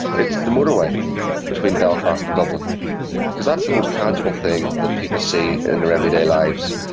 it's the motorway between belfast and dublin because that's the most tangible thing that people see in their everyday lives,